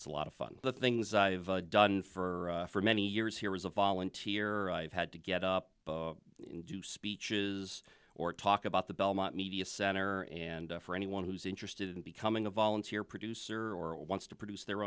it's a lot of fun the things i've done for for many years here is a volunteer i've had to get up and do speeches or talk about the belmont media center and for anyone who's interested in becoming a volunteer producer or wants to produce their